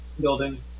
building